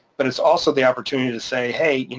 but it's also the opportunity to say, hey,